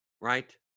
Right